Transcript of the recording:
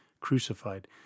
crucified